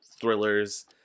thrillers